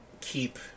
keep